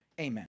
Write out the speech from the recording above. amen